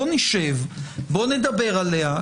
בוא נשב, בוא נדבר עליה.